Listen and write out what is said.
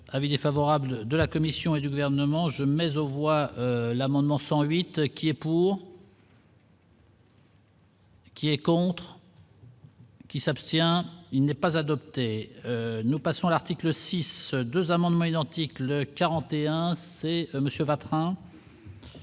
avis défavorable de la Commission et du gouvernement, je mais aux voix l'amendement 108 qui est pour. Qui est contre. Qui s'abstient, il n'est pas adoptée, nous passons à l'article 6 2 amendements identiques le 41 c'est monsieur Vatrin.